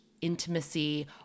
intimacy